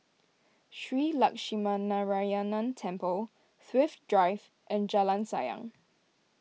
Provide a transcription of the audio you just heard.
Shree Lakshminarayanan Temple Thrift Drive and Jalan Sayang